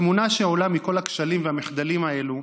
התמונה שעולה מכל הכשלים והמחדלים האלה,